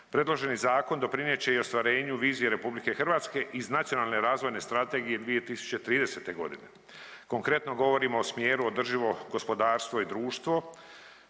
predloženi zakon doprinijet će i ostvarenju vizije RH iz Nacionalne razvojne strategije 2030.g., konkretno govorimo o smjeru održivo gospodarstvo i društvo,